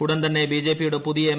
ഉടൻ തന്നെ ബിജെപിയുടെ പുതിയ എം